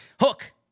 Hook